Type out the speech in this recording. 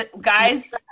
Guys